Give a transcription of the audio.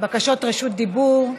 בקשות רשות דיבור,